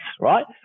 right